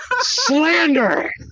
slander